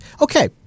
Okay